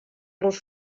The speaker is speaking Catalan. los